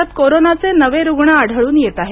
राज्यात कोरोनाचे नवे रुग्ण आढळून येत आहेत